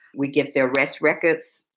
we get the arrest records.